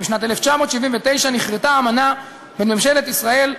בשנת 1979 נכרתה האמנה בין ממשלת ישראל,